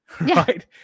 right